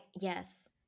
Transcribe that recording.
Yes